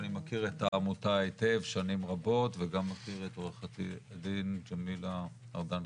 אני מכיר את העמותה היטב שנים רבות וגם מכיר את עוה"ד ג'מילה הרדל,